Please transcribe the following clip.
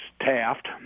taft